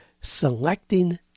selecting